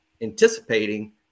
anticipating